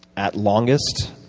at longest,